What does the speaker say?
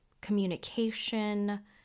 communication